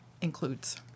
includes